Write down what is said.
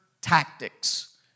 tactics